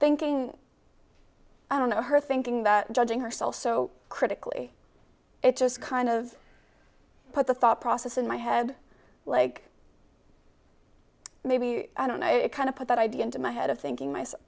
thinking i don't know her thinking that judging herself so critically it just kind of put the thought process in my head like maybe i don't know it kind of put that idea into my head of thinking myself